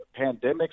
pandemics